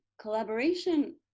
collaboration